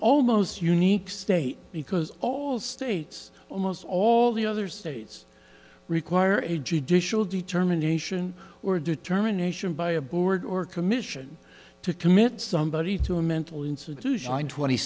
almost unique state because all states almost all the other states require it judicial determination or determination by a board or commission to commit somebody to a mental institution twenty